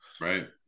Right